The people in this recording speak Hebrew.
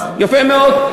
יפה מאוד.